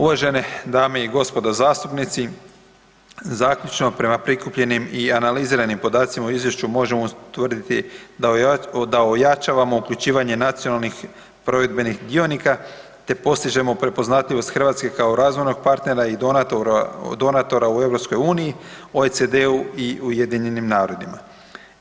Uvažene dame i gospodo zastupnici, zaključno prema prikupljenim i analiziranim podacima u izvješću možemo utvrditi da ojačavamo uključivanje nacionalnih provedbenih dionika, te postižemo prepoznatljivost Hrvatske kao razvojnog partnera i donatora, donatora u EU, OECD-u i UN-u.